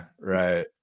right